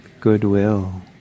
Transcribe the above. goodwill